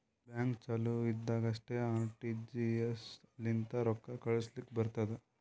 bank ಚಾಲು ಇದ್ದಾಗ್ ಅಷ್ಟೇ ಆರ್.ಟಿ.ಜಿ.ಎಸ್ ಲಿಂತ ರೊಕ್ಕಾ ಕಳುಸ್ಲಾಕ್ ಬರ್ತುದ್